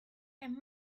and